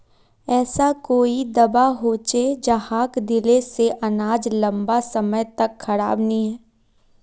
ऐसा कोई दाबा होचे जहाक दिले से अनाज लंबा समय तक खराब नी है?